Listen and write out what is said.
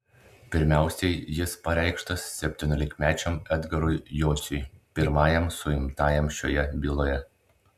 pirmiausiai jis pareikštas septyniolikmečiam edgarui jociui pirmajam suimtajam šioje byloje